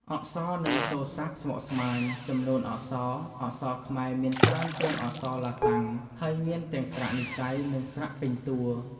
អក្សរ និងសូរស័ព្ទស្មុគស្មាញ ចំនួនអក្សរ អក្សរខ្មែរមានច្រើនជាងអក្សរឡាតាំង ហើយមានទាំងស្រៈនិស្ស័យ និងស្រៈពេញតួ។